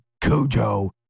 Cujo